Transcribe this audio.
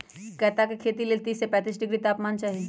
कैता के खेती लेल तीस से पैतिस डिग्री तापमान चाहि